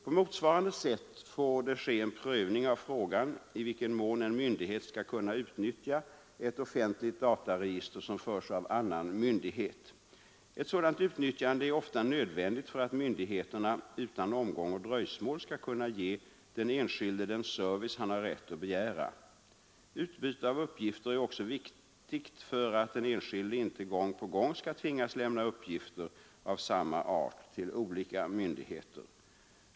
På motsvarande sätt får det ske en prövning av frågan i vilken mån en myndighet skall kunna utnyttja ett offentligt dataregister som förs av annan myndighet. Ett sådant utnyttjande är ofta nödvändigt för att myndigheterna utan omgång och dröjsmål skall kunna ge den enskilde den service han har rätt att begära. Utbyte av uppgifter är också viktigt för att den enskilde inte gång på gång skall tvingas lämna uppgifter av samma art till olika myndigheter.